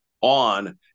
on